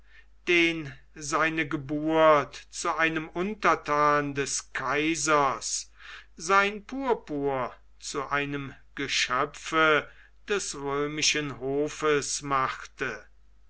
den seine geburt zu einem unterthan des kaisers sein purpur zu einem geschöpfe des römischen hofes machte